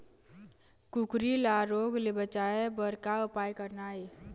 कुकरी ला रोग ले बचाए बर का उपाय करना ये?